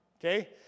Okay